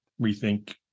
rethink